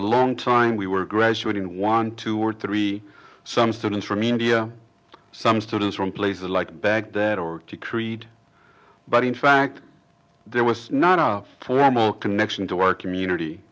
a long time we were graduating one two or three some students from india some students from places like baghdad or creed but in fact there was not a formal connection to our community